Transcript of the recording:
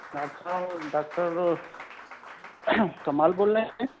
doctor صاحب doctor صاحب کمال بول رہے ہیں